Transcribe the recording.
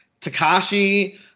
Takashi